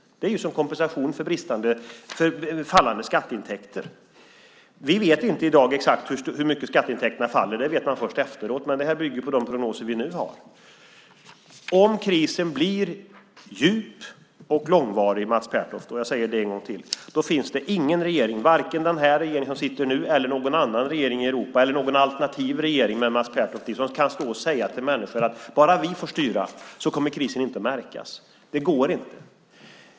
Det är som kompensation för minskade skatteintäkter. Vi vet i dag inte exakt hur mycket skatteintäkterna minskar. Det vet vi först efteråt. Men detta bygger på de prognoser som vi nu har. Om krisen blir djup och långvarig, Mats Pertoft - jag säger det en gång till - kan inte vare sig den regering som sitter nu eller någon annan regering i Europa eller någon alternativ regering med Mats Pertoft i stå och säga till människor att om bara de får styra kommer krisen inte att märkas. Det går inte.